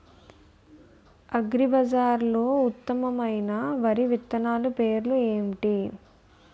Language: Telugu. అగ్రిబజార్లో ఉత్తమమైన వరి విత్తనాలు పేర్లు ఏంటి?